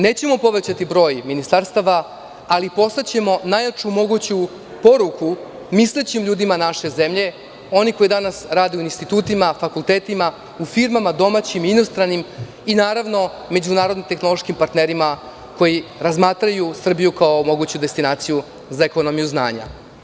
Nećemo povećati broj ministarstava, ali poslaćemo najjaču moguću poruku mislećim ljudima naše zemlje, onima koji danas rade u institutima, na fakultetima, u firmama domaćim i inostranim i međunarodnim tehnološkim partnerima koji razmatraju Srbiju kao moguću destinaciju za ekonomiju znanja.